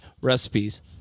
recipes